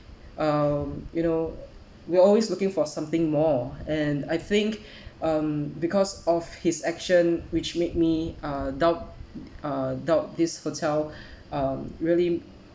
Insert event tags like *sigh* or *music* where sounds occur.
um you know we're always looking for something more and I think *breath* um because of his action which made me uh doubt uh doubt this hotel um really